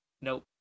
nope